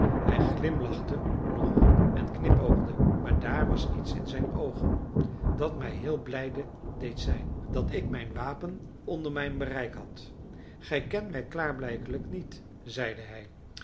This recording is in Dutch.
hij glimlachte nog en knipoogde maar daar was iets in zijn oogen dat mij heel blijde deed zijn dat ik mijn wapen onder mijn bereik had gij kent mij klaarblijkelijk niet zeide hij